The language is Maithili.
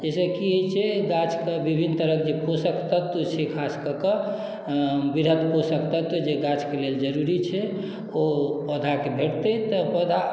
जाहिसॅं की होइ छै गाछ के विभिन्न तरहके जे पोषक तत्व छै खास कऽ के बृहद पोषक तत्व जे गाछ के लेल जरूरी छै ओ पौधा के भेटतै तऽ पौधा